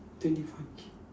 twenty five K